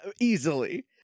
Easily